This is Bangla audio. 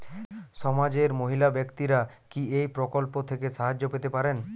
সমাজের মহিলা ব্যাক্তিরা কি এই প্রকল্প থেকে সাহায্য পেতে পারেন?